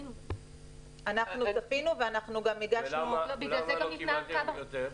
אנחנו צפינו וגם הגשנו -- אז למה לא קיבלתם יותר,